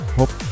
hope